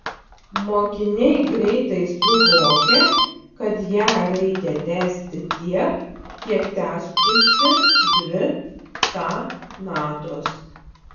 mokiniai greitai suvokia kad ją reikia tęsti tiek kiek tęstųsi dvi ta natos